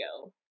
go